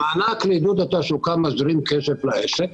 המענק הנ"ל מזרים כסף לעסק,